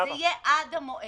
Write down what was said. זה יהיה: עד המועד הזה.